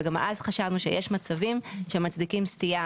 וגם אז חשבנו שיש מצבים המצדיקים סטייה